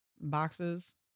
boxes